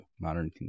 modern